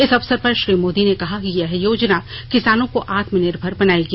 इस अवसर पर श्री मोदी ने कहा कि यह योजना किसानों को आत्म निर्भर बनाएगी